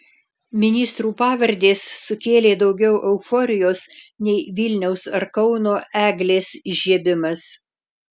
ministrų pavardės sukėlė daugiau euforijos nei vilniaus ar kauno eglės įžiebimas